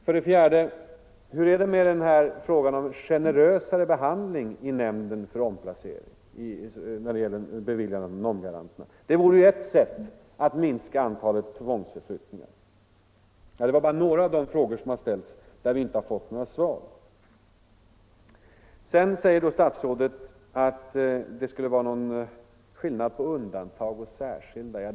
För det fjärde: Hur är det med frågan om generösare behandling i nämnden för omplaceringar när det gäller beviljandet av NOM-garantier? Att bevilja sådana vore ju ett sätt att minska antalet tvångsförflyttningar. Det var bara några av de frågor som herr Ullsten och jag har ställt och som vi inte fått svar på. Vidare säger statsrådet att det skulle vara någon skillnad mellan ”undantag” och ”särskilda”.